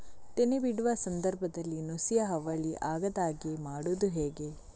ತೆನೆ ಬಿಡುವ ಸಂದರ್ಭದಲ್ಲಿ ನುಸಿಯ ಹಾವಳಿ ಆಗದಂತೆ ಮಾಡುವುದು ಹೇಗೆ?